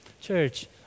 Church